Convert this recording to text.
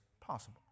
possible